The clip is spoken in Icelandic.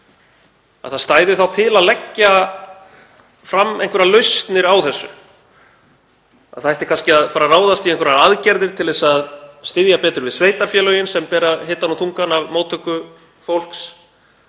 þá stæði til að leggja fram einhverjar lausnir á þessu, að það ætti kannski að fara að ráðast í einhverjar aðgerðir til að styðja betur við sveitarfélögin, sem bera hitann og þungann af móttöku fólks,